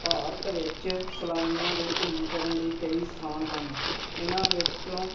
ਭਾਰਤ ਵਿੱਚ ਸੈਲਾਨੀਆਂ ਦੇ ਘੁੰਮਣ ਫਿਰਨ ਲਈ ਕਈ ਸਥਾਨ ਹਨ ਇਹਨਾਂ ਵਿੱਚੋਂ